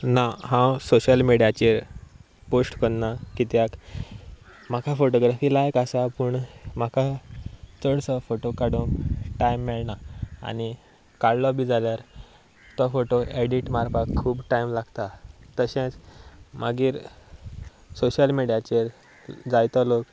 ना हांव सोशल मिडियाचेर पोस्ट करिना कित्याक म्हाका फोटोग्राफी लायक आसा पूण म्हाका चडसो फोटो काडूंक टायम मेळना आनी काडलो बी जाल्यार तो फोटो एडीट मारपाक खूब टायम लागता तशेंच मागीर सोशल मिडियाचेर जायतो लोक